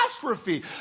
catastrophe